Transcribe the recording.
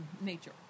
nature